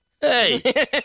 Hey